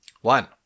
One